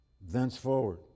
thenceforward